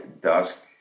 dusk